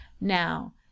Now